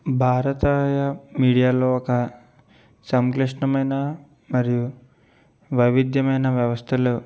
భారత మీడియా లో ఒక సంక్లిష్టమైన మరియు వైవిధ్యమైన వ్యవస్థలు